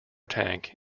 tank